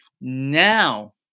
now